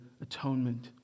atonement